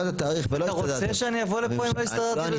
אתה רוצה שאני אבוא לפה אם לא הסתדרתי?